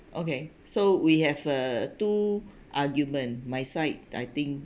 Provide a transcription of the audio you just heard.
okay so we have uh two argument my side I think